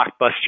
blockbuster